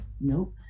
nope